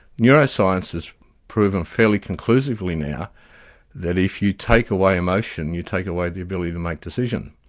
neuroscience has proven fairly conclusively now that if you take away emotion you take away the ability to make decisions.